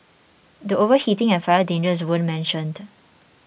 the overheating and fire dangers weren't mentioned